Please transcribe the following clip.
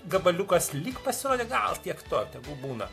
gabaliukas lyg pasirodė gal tiek to tegul būna